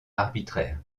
arbitraire